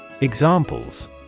Examples